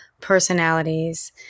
personalities